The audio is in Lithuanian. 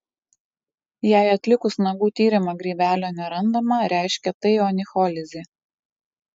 jei atlikus nagų tyrimą grybelio nerandama reiškia tai onicholizė